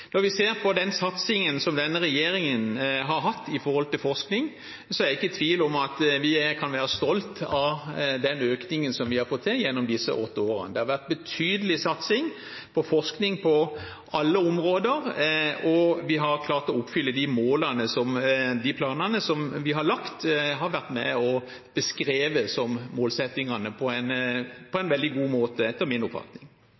Når vi ser på satsingen denne regjeringen har hatt når det gjelder forskning, er jeg ikke i tvil om at vi kan være stolt av den økningen vi har fått til gjennom disse åtte årene. Det har vært en betydelig satsing på forskning på alle områder, og vi har klart å oppfylle målene. De planene vi har lagt, har etter min oppfatning vært med og beskrevet målsettingene på en